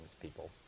people